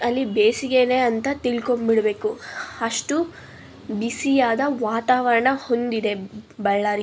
ಅಲ್ಲಿ ಬೇಸಿಗೆಯೇ ಅಂತ ತಿಳ್ಕೊಂಬಿಡಬೇಕು ಅಷ್ಟು ಬಿಸಿಯಾದ ವಾತಾವರಣ ಹೊಂದಿದೆ ಬಳ್ಳಾರಿ